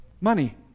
Money